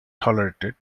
tolerated